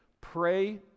Pray